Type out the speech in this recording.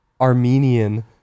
Armenian